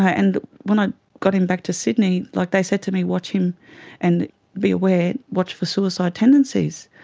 and when i got him back to sydney, like they said to me, watch him and be aware, watch for suicidal tendencies.